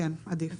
כן, עדיף.